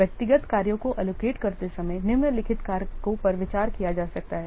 व्यक्तिगत कार्यों को एलोकेट करते समय निम्नलिखित कारकों पर विचार किया जा सकता है